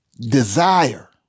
Desire